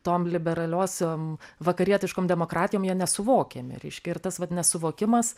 tom liberaliosiom vakarietiškom demokratijom jie nesuvokiami reiškia ir tas vat nesuvokimas